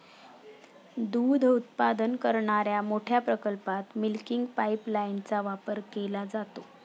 दूध उत्पादन करणाऱ्या मोठ्या प्रकल्पात मिल्किंग पाइपलाइनचा वापर केला जातो